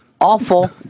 Awful